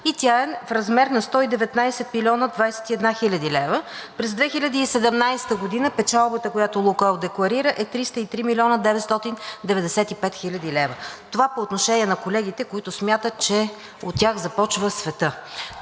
и тя е в размер на 119 млн. 021 хил. лв. През 2017 г. печалбата, която „Лукойл“ декларира, е 303 млн. 995 хил. лв. Това по отношение на колегите, които смятат, че от тях започва светът.